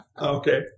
Okay